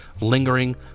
lingering